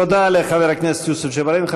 תודה לחבר הכנסת יוסף ג'בארין.